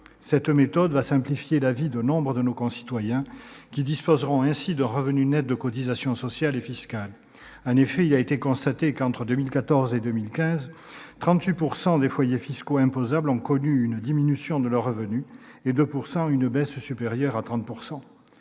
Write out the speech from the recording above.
Cette méthode va simplifier la vie de nombre de nos concitoyens, qui disposeront ainsi d'un revenu net de cotisations sociales et fiscales. En effet, il a été constaté qu'entre 2014 et 2015, 38 % des foyers fiscaux imposables ont connu une diminution de leurs revenus, et 2 % d'entre eux une baisse supérieure à 30 %.